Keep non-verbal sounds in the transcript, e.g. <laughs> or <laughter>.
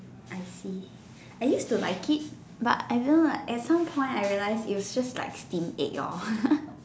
I see I used to like it but I don't know like at some point I realised it was just like steamed egg lor <laughs>